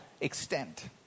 extent